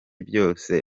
byose